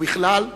ובכלל,